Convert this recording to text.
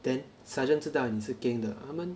then sergeant 知道你是 geng 的他们